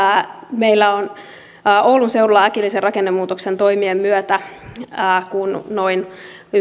meillä oulun seudulla äkillisen rakennemuutoksen toimien myötä kun noin